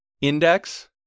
index